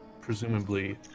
presumably